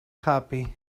happy